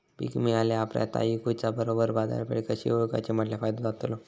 पीक मिळाल्या ऑप्रात ता इकुच्या बरोबर बाजारपेठ कशी ओळखाची म्हटल्या फायदो जातलो?